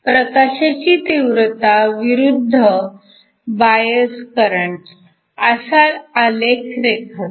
प्रकाशाची तीव्रता विरुद्ध बायस करंट असा आलेख रेखाटू